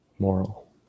moral